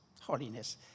Holiness